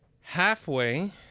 halfway